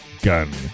gun